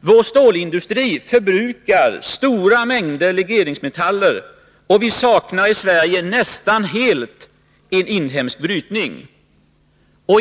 Vår stålindustri förbrukar stora mängder legeringsmetaller, och vi saknar i Sverige nästan helt en inhemsk brytning.